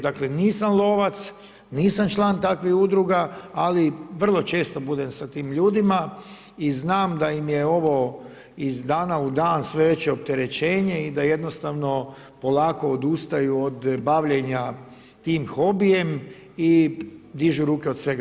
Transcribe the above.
Dakle nisam lovac, nisam član takvih udruga ali vrlo često budem sa tim ljudima i znam da im je ovo iz dana u dan sve veće opterećenje i da jednostavno polako odustaju od bavljenja tim hobijem i dižu ruke od svega.